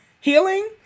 healing